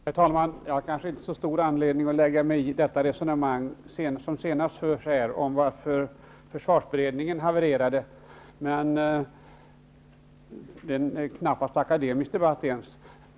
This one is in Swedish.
Herr talman! Jag har kanske inte så stor anledning att lägga mig i det senaste resonemanget om varför försvarsberedningen havererade. Det är knappast ens en akademisk debatt.